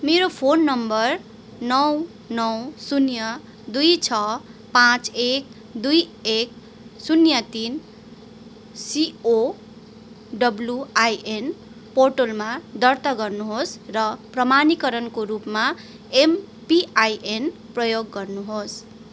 मेरो phone number नौ नौ शून्य दुई छ पाँच एक दुई एक शून्य तिन सिओडब्ल्युआइएन पोर्टलमा दर्ता गर्नु होस् र प्रमाणीकरणको रूपमा एमपिआइएन प्रयोग गर्नु होस्